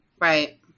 Right